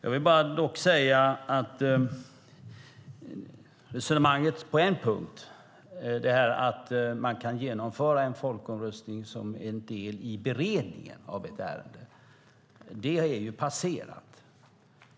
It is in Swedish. Dock är resonemanget passerat på en punkt, detta att man kan genomföra en folkomröstning som en del i beredningen av ett ärende.